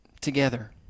together